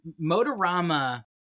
Motorama